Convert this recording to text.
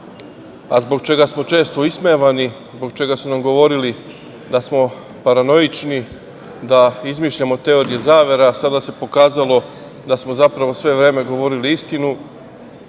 a zbog čega smo često ismevani, zbog čega su nam govorili da smo paranoični da izmišljamo teorije zavera, a sada se pokazalo da smo sve vreme govorili istinu. Naime,